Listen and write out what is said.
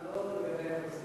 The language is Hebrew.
לא לדון בנושא